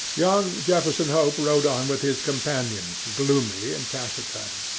young jefferson hope rode on with his companions, gloomy and taciturn.